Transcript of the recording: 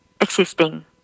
existing